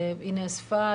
היא נאספה,